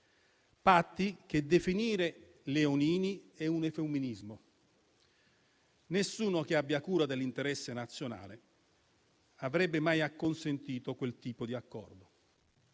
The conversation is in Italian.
patti che definire leonini è un eufemismo. Nessuno che abbia cura dell'interesse nazionale avrebbe mai acconsentito a quel tipo di accordo;